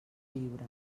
lliure